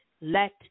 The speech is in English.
Let